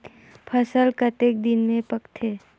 फसल कतेक दिन मे पाकथे?